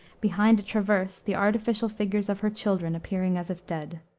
behind a traverse, the artificial figures of her children, appearing as if dead.